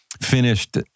finished